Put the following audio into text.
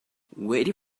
wait